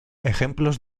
ejemplos